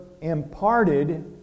imparted